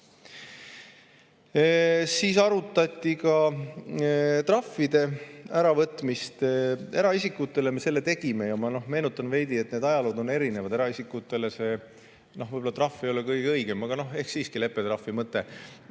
Siis arutati trahvide äravõtmist. Eraisikutele me selle tegime. Ma meenutan veidi, et need ajalood on erinevad. Eraisikutele see trahv võib-olla ei ole kõige õigem. Aga ehk siiski leppetrahvi mõte